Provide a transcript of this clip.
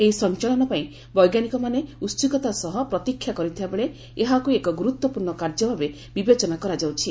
ଏହି ସଞ୍ଚାଳନ ପାଇଁ ବୈଜ୍ଞାନିକମାନେ ଉତ୍ସୁକତା ସହ ପ୍ରତୀକ୍ଷା କରିଥିବାବେଳେ ଏହାକୁ ଏକ ଗୁରୁତ୍ପର୍ଣ୍ଣ କାର୍ଯ୍ୟ ଭାବେ ବିବେଚନା କରାଯାଉଛି